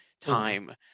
time